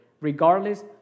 regardless